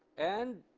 and